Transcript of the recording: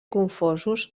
confosos